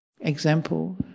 example